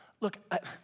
Look